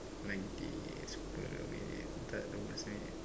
lengthy